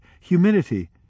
humidity